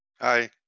Hi